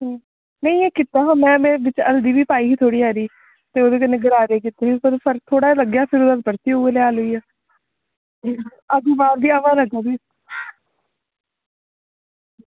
नेईं में कीता हा में हल्दी बी पाई ही थोह्ड़ी हारी ते ओह्दे कन्नै गरारे कीते पर थोह्ड़ा जेहा लग्गेआ हा भी उऐ नेह् होई गे अज्ज बी हवा लग्गा दी